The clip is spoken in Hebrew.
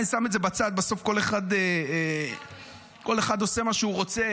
אני שם את זה בצד, בסוף כל אחד עושה מה שהוא רוצה.